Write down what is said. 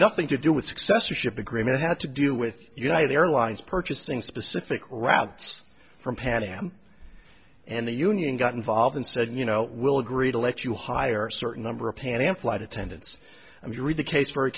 nothing to do with successorship agreement had to do with united airlines purchasing specific rabs from pan am and the union got involved and said you know we'll agree to let you hire a certain number of pan am flight attendants and you read the case very